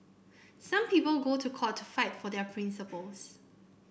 some people go to court to fight for their principles